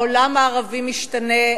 העולם הערבי משתנה,